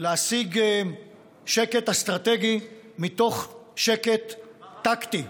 להשיג שקט אסטרטגי מתוך שקט טקטי.